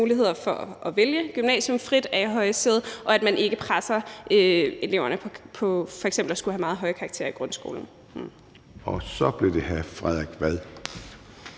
muligheder for at vælge gymnasiet frit er i højsæde, og at man ikke presser eleverne på f.eks. at skulle have meget høje karakterer i grundskolen. Kl. 13:47 Formanden